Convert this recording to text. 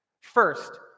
First